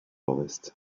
ovest